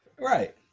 Right